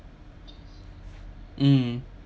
mm